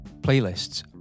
playlists